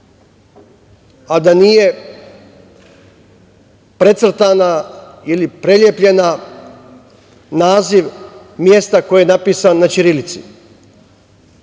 a da nije precrtan ili prelepljen naziv koji napisan na ćirilici